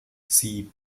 sie